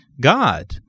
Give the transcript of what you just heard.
God